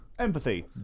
Empathy